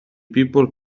people